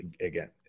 again